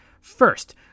First